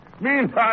Meantime